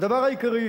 הדבר העיקרי,